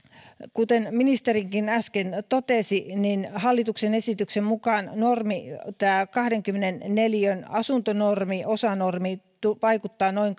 kuten ministerikin äsken totesi hallituksen esityksen mukaan tämä kahdenkymmenen neliön asuntonormi osa asuntonormi vaikuttaa noin